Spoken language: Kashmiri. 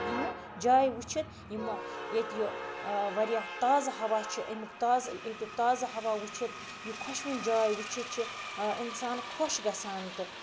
یِم جایہِ وٕچھِتھ یِم ییٚتہِ یہِ واریاہ تازٕ ہوا چھُ اَمیُک تازٕ ییٚتیُک تازٕ ہوا وٕچھِتھ یہِ خۄشوُنۍ جاے وٕچھِتھ چھِ اِنسان خۄش گژھان تہٕ